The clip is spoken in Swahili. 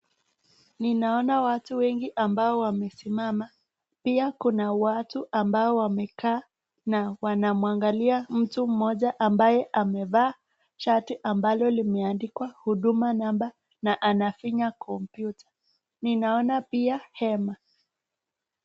Ninaona watu wengi ambao wamesimama. Pia kuna watu ambao wamekaa na wanamwangalia mtu mmoja ambaye amevaa shati ambalo limeandikwa huduma namba na anafinya kompyuta. Ninaona pia hema.